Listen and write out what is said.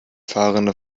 fahrrinne